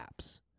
apps